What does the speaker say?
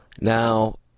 Now